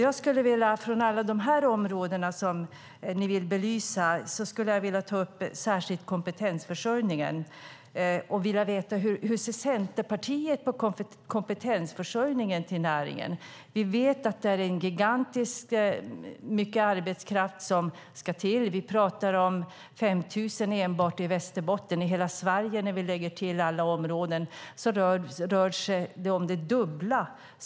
Av alla de områden som ni vill belysa vill jag särskilt ta upp kompetensförsörjningen till näringen. Jag skulle vilja veta hur Centerpartiet ser på detta. Vi vet att det är gigantiskt mycket arbetskraft som ska till. Vi pratar om 5 000 enbart i Västerbotten. När vi lägger till alla områden i hela Sverige rör det sig säkert om det dubbla.